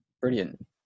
brilliant